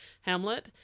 hamlet